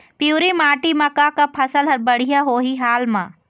पिवरी माटी म का का फसल हर बढ़िया होही हाल मा?